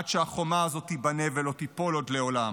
עד שהחומה הזאת תיבנה ולא תיפול עוד לעולם.